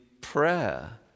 prayer